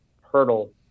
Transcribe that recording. hurdle